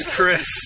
Chris